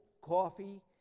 coffee